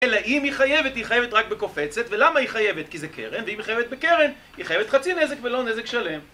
אלא אם היא חייבת, היא חייבת רק בקופצת, ולמה היא חייבת? כי זה קרן, ואם היא חייבת בקרן, היא חייבת חצי נזק ולא נזק שלם.